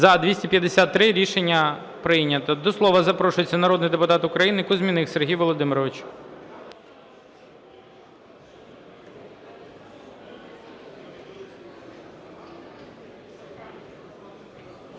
За-257 Рішення прийнято. До слова запрошується народний депутат України Кузьміних Сергій Володимирович.